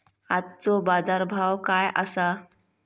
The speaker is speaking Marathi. आजचो बाजार भाव काय आसा?